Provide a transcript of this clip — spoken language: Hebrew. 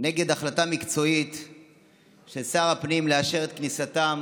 נגד החלטה מקצועית של שר הפנים לאשר את כניסתם